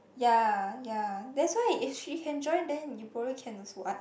ya ya that's why if she can join then you probably can also [what]